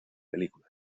película